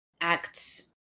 Act